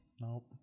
Nope